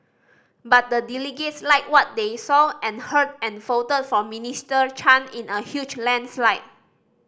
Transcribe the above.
but the delegates liked what they saw and heard and fought for Minister Chan in a huge landslide